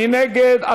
מי נגד?